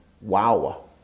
wow